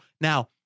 Now